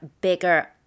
bigger